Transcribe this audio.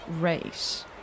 race